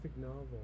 novel